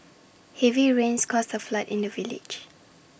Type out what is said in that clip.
heavy rains caused A flood in the village